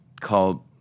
called